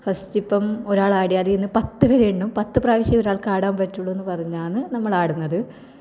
first ഇപ്പം ഒരാൾ ആടിയാൽ എന്ന് പത്ത് വരെ എണ്ണും പത്ത് പ്രാവശ്യം ഒരാൾക്ക് ആടാൻ പറ്റുള്ളൂ എന്ന് പറഞ്ഞാണ് നമ്മൾ ആടുന്നത്